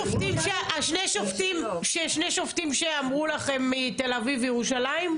שני השופטים שאמרו לך לא, הם מתל אביב וירושלים?